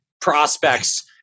prospects